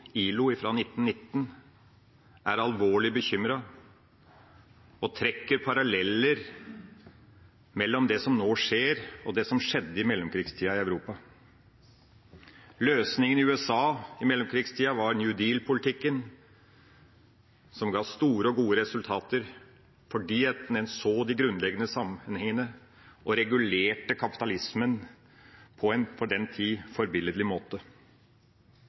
ILO, fra 1919, er alvorlig bekymret og trekker paralleller mellom det som nå skjer, og det som skjedde i mellomkrigstida i Europa. Løsningen i USA i mellomkrigstida var New Deal-politikken, som ga store og gode resultater fordi en så de grunnleggende sammenhengene og regulerte kapitalismen på en for den tid forbilledlig måte.